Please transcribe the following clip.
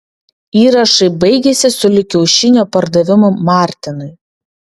įrašai baigiasi sulig kiaušinio pardavimu martinui